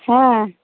হ্যাঁ